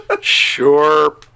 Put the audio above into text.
Sure